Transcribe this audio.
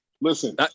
Listen